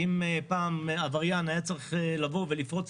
אם פעם עבריין היה צריך לבוא ולפרוץ